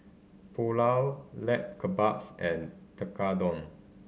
Pulao Lamb Kebabs and Tekkadon